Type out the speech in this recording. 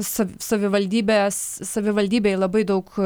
sav savivaldybės savivaldybei labai daug